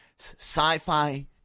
sci-fi